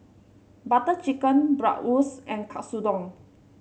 Butter Chicken Bratwurst and Katsudon